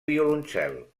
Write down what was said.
violoncel